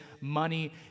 money